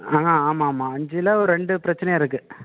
ஆ ஆமாம் ஆமாம் அஞ்சில் ஒரு ரெண்டு பிரச்சனையாக இருக்குது